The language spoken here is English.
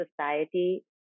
society